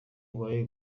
uwoya